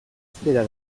zera